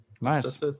Nice